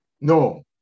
No